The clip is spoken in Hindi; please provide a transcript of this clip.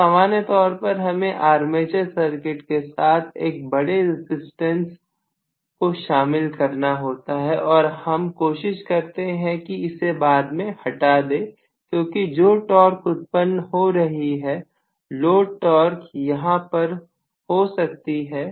तो सामान्य तौर पर हमें आर्मेचर सर्किट के साथ एक बड़े रजिस्टेंस को शामिल करना होता है और हम कोशिश करते हैं कि इसे बाद में हटा दें क्योंकि जो टॉर्क उत्पन्न हो रही है लोड टॉर्क यहां पर हो सकती है